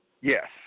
Yes